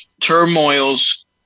turmoils